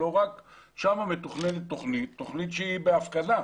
שם מתוכננת תוכנית תוכנית שהיא בהפקדה